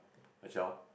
a child